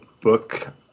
book